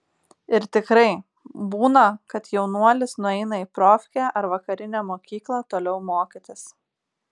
ir tikrai būna kad jaunuolis nueina į profkę ar vakarinę mokyklą toliau mokytis